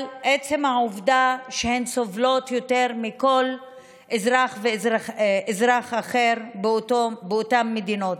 עצם העובדה שהן סובלות יותר מכל אזרח אחר באותן מדינות.